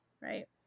Right